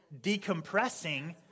decompressing